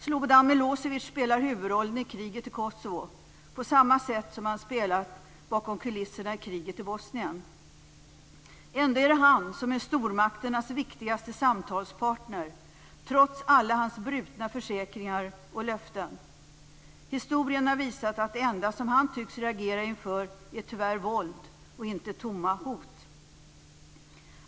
Slobodan Milosevic spelar huvudrollen i kriget i Kosovo på samma sätt som han spelat bakom kulisserna i kriget i Bosnien. Ändå är det han som är stormakternas viktigaste samtalspartner trots alla hans brutna försäkringar och löften. Historien har visat att det enda han tycks reagera inför tyvärr är våld och inte tomma hot.